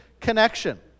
connection